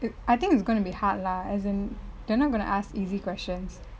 it I think it's gonna be hard lah as in they are not going to ask easy questions